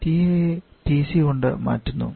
TA യെ TC കൊണ്ട് മാറ്റുന്നു